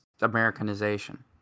Americanization